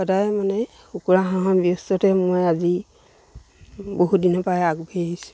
সদায় মানে কুকুৰা হাঁহৰ ব্যস্ততে মই আজি বহুদিনৰপৰাই আগবঢ়ি আহিছোঁ